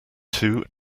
two